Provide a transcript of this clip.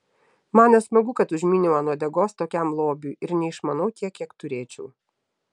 man nesmagu kad užmyniau ant uodegos tokiam lobiui ir neišmanau tiek kiek turėčiau